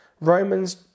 Romans